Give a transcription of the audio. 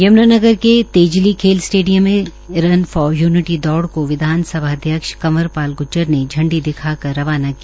यमुनानगर के तेजली खेल स्टेडियम में रन फार यूनिटी दौड़ को कंवर पाल ग्र्जर ने झंडी दिखाकर रवाना किया